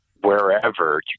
wherever